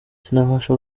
sinabasha